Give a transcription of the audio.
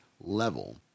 level